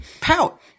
pout